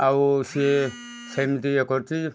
ଆଉ ସିଏ ସେମିତି ଇଏ କରିଛି